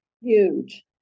huge